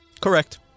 Correct